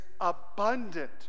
abundant